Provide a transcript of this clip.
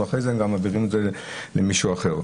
אחרי זה גם מעירים את זה למישהו אחר.